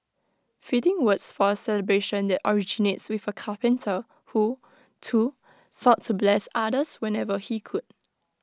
fitting words for A celebration that originates with A carpenter who too sought to bless others whenever he could